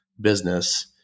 business